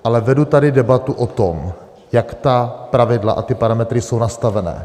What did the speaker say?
Ale vedu tady debatu o tom, jak ta pravidla a ty parametry jsou nastavené.